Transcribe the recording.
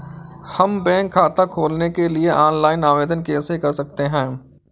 हम बैंक खाता खोलने के लिए ऑनलाइन आवेदन कैसे कर सकते हैं?